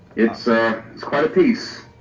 it's ah it's quite a piece.